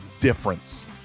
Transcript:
difference